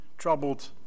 troubled